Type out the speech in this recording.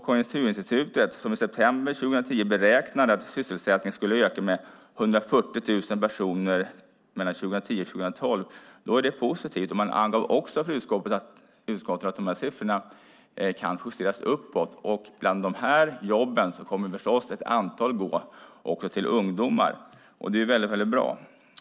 Konjunkturinstitutet beräknade i september 2010 att sysselsättningen skulle öka med 140 000 personer 2010-2012, vilket är positivt. Man angav också för utskottet att siffran kan komma att justeras uppåt. Av de här jobben kommer förstås också ett antal att gå till ungdomar, och det är väldigt bra.